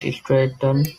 straightened